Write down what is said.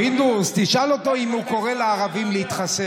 מר פינדרוס, תשאל אותו אם הוא קורא לערבים להתחסן.